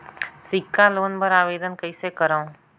सिक्छा लोन बर आवेदन कइसे करव?